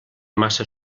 massa